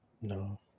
No